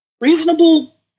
Reasonable